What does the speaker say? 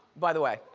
by the way.